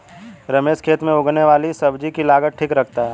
रमेश खेत में उगने वाली सब्जी की लागत ठीक रखता है